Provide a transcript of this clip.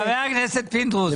חבר הכנסת פינדרוס,